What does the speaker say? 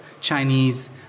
Chinese